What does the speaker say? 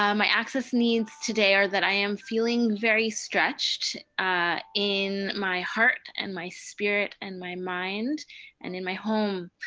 um my access needs today are that i am feeling very stretched in my heart and my spirit and my mind and in my home.